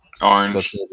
Orange